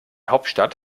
hauptstadt